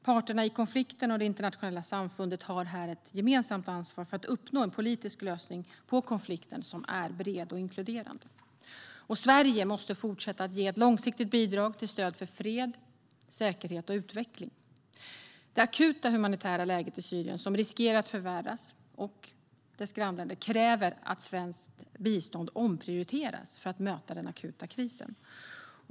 Parterna i konflikten och det internationella samfundet har här ett gemensamt ansvar för att uppnå en politisk lösning på konflikten som är bred och inkluderande. Sverige måste fortsätta att ge långsiktigt bidrag till stöd för fred, säkerhet och utveckling. Det akuta humanitära läget i Syrien och dess grannländer, som riskerar att förvärras, kräver att svenskt bistånd omprioriteras för att möta den akuta krisen.